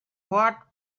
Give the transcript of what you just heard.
what